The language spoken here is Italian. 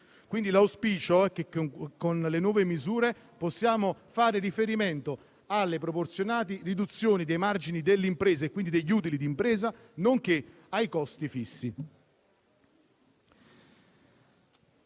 Quindi l'auspicio è che, con le nuove misure, possiamo fare riferimento alle proporzionali riduzioni dei margini delle imprese, e quindi degli utili di impresa, nonché ai costi fissi.